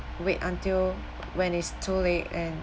wait until when it's too late and